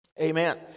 Amen